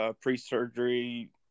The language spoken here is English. pre-surgery